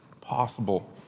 possible